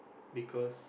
because